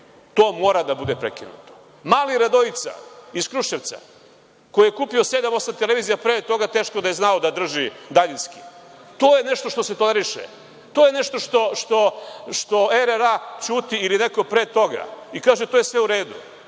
To mora da bude prekinuto. Mali Radojica iz Kruševca, koji je kupio sedam, osam televizija, pre toga teško da je znao da drži daljinski, to je nešto što se toleriše, to je nešto što RRA ćuti ili neko pre toga i kaže – to je sve u redu,